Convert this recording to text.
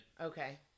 Okay